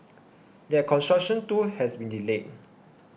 that construction too has been delayed